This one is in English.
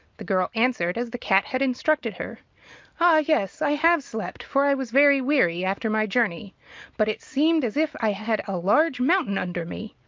the girl answered as the cat had instructed her, ah yes, i have slept, for i was very weary after my journey but it seemed as if i had a large mountain under me.